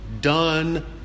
done